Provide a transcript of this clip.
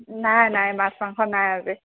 নাই নাই মাছ মাংস নাই আজি